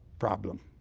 problem.